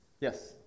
Yes